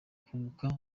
kunguka